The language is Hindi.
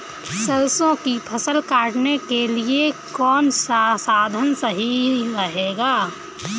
सरसो की फसल काटने के लिए कौन सा साधन सही रहेगा?